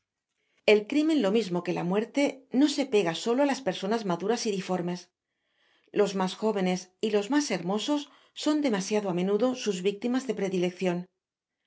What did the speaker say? l crimen lo mismo que la muerte no se pega solo á las personas maduras y diformes los mas jovenes y los mas hermosos son demasiado amenudo sus victimas de predileccion